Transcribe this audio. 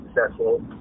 successful